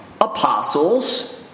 apostles